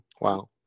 wow